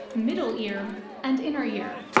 middle ear and inner ear.